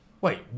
Wait